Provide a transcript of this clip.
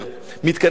מתקני השהייה,